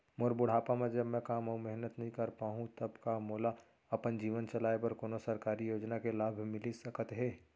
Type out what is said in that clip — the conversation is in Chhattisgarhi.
मोर बुढ़ापा मा जब मैं काम अऊ मेहनत नई कर पाहू तब का मोला अपन जीवन चलाए बर कोनो सरकारी योजना के लाभ मिलिस सकत हे?